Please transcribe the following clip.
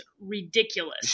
ridiculous